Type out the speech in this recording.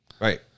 Right